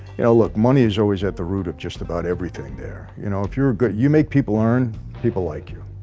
you know look money is always at the root of just about everything there you know if you were good you make people earn people like you.